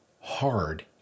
hard